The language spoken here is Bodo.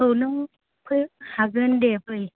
औ नों फै हागोन दे फै